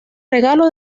regalo